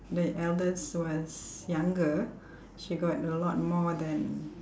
the eldest was younger she got a lot more than